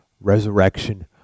resurrection